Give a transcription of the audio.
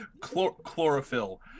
Chlorophyll